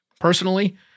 Personally